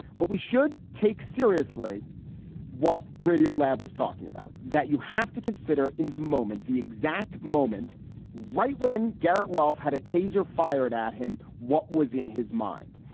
but we should take seriously what radiolab was talking about that you have to consider in the moment, the exact moment right when garrett ralfe had a taser fired at him. what was in his mind,